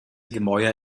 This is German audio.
gemäuer